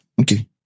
okay